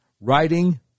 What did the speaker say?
writing